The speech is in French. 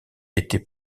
été